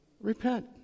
Repent